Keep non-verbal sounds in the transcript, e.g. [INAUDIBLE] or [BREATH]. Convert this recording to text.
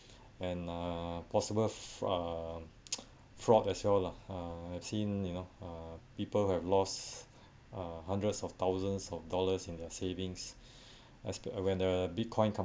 and uh possible f~ uh [NOISE] fraud as well lah uh I've seen you know uh people have lost uh hundreds of thousands of dollars in their savings [BREATH] as per when the bitcoin